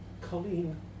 Colleen